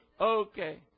Okay